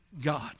God